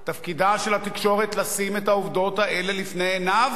תפקידה של התקשורת לשים את העובדות האלה לפני עיניו,